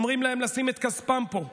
אומרים להם לשים את כספם פה,